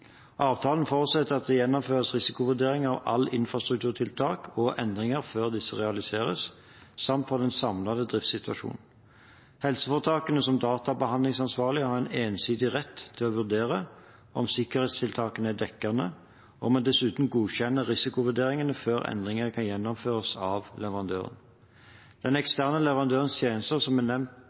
Avtalen forutsetter at det gjennomføres risikovurdering av alle infrastrukturtiltak og endringer før disse realiseres samt for den samlede driftssituasjonen. Helseforetakene har som databehandlingsansvarlige en ensidig rett til å vurdere om sikkerhetstiltakene er dekkende og må dessuten godkjenne risikovurderingene før endringer kan gjennomføres av leverandøren. Den eksterne leverandørens tjenester er som nevnt